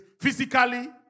physically